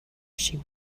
she